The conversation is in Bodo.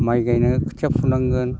माइ गायनो खोथिया फुनांगोन